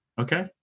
Okay